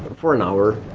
for an hour.